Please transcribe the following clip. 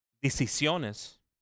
decisiones